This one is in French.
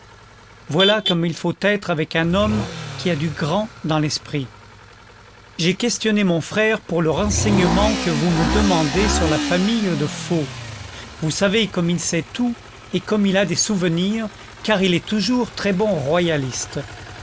voilà comme il faut être avec un homme qui a du grand dans l'esprit j'ai questionné mon frère pour le renseignement que vous me demandez sur la famille de faux vous savez comme il sait tout et comme il a des souvenirs car il est toujours très bon royaliste